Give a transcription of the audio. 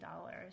dollars